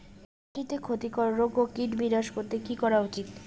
মাটিতে ক্ষতি কর রোগ ও কীট বিনাশ করতে কি করা উচিৎ?